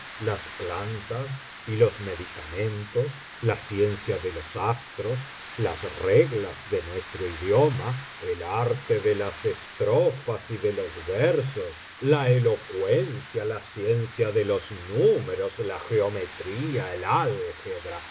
las plantas y los medicamentos la ciencia de los astros las reglas de nuestro idioma el arte de las estrofas y de los versos la elocuen biblioteca valenciana generalitat valenciana lfis las mil noches y una noche cia la ciencia de los números la geometría el álgebra